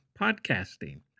podcasting